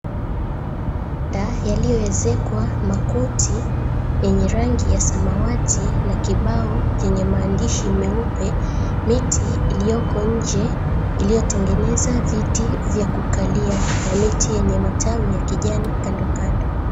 Yaliyoezekwa makuti yenye rangi ya samawati na kibao chenye maandishi meupe. Miti iliyoko nje iliyotengeneza viti vya kukalia, na miti yenye matawi ya kijani kandokando.